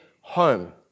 home